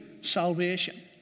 salvation